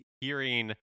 hearing